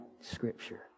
Scripture